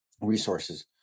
resources